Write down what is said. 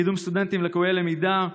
קידום סטודנטים לקויי למידה.